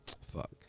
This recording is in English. fuck